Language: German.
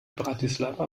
bratislava